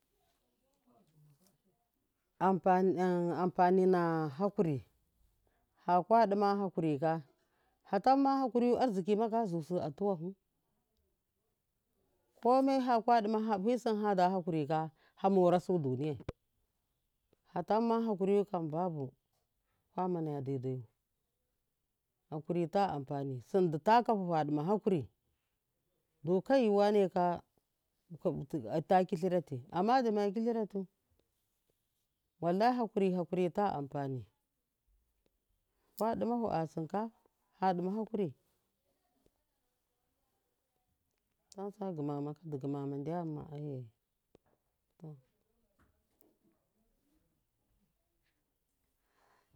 Ampan ampami na hakuri haka duma hakuri ka fatamma hakuriyu arziki maga zuza tuwafu kome faka duma fi sum fada hakurika famorasu duniya fatanma hakuriyu kam babu fama naya dai dayu hakuri ta amfani sindi takahu fa duma hakuri du kai waneka ta khirati amma duma kilira tu wallahi hakuri hakuri ta amfani kwa dumafu a simka fa duma hakuri.